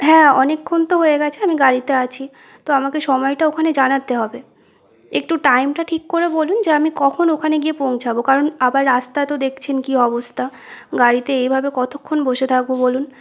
হ্যাঁ অনেকক্ষণ তো হয়ে গেছে আমি গাড়িতে আছি তো আমাকে সময়টা ওখানে জানাতে হবে একটু টাইমটা ঠিক করে বলুন যে আমি কখন ওখানে গিয়ে পৌঁছাবো কারণ আবার রাস্তা তো দেখছেন কি অবস্থা গাড়িতে এইভাবে কতক্ষণ বসে থাকবো বলুন